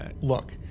Look